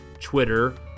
Twitter